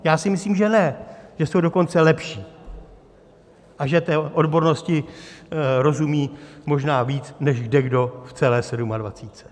Já si myslím, že ne, že jsou dokonce lepší a že té odbornosti rozumí možná víc než kdekdo v celé sedmadvacítce.